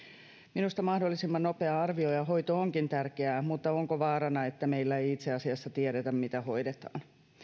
minusta mahdollisimman nopea arvio ja hoito onkin tärkeää mutta onko vaarana että meillä ei itse asiassa tiedetä mitä hoidetaan